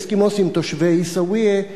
אסקימוסים תושבי עיסאוויה,